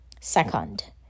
Second